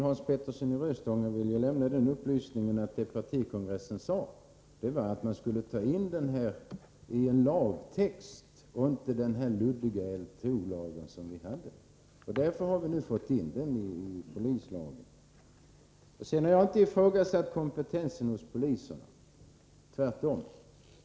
Herr talman! Låt mig lämna den upplysningen till Hans Petersson i Röstånga att den socialdemokratiska partikongressen uttalade att den här luddiga 3 § LTO skulle ersättas av en lagtext i polislagen. Det är också vad som nu föreslås. Jag har vidare inte ifrågasatt polisens kompetens — tvärtom.